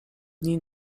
dni